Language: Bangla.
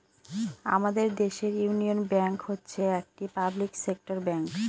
আমাদের দেশের ইউনিয়ন ব্যাঙ্ক হচ্ছে একটি পাবলিক সেক্টর ব্যাঙ্ক